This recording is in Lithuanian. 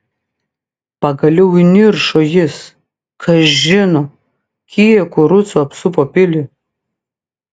pagaliau įniršo jis kas žino kiek kurucų apsupo pilį